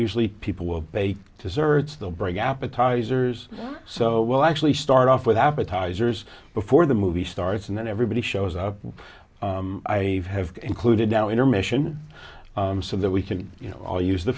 usually people will bake to search they'll bring appetizers so we'll actually start off with appetizers before the movie starts and then everybody shows up i have included now intermission so that we can all use the